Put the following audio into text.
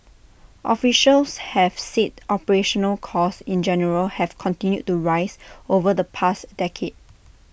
officials have said operational costs in general have continued to rise over the past decade